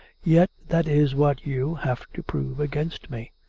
yet that is what you have to prove against me.